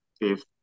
fifth